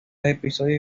episodios